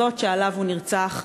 זאת שעליה הוא נרצח,